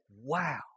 wow